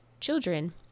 children